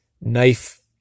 knife